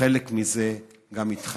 וחלק מזה גם יתחזק.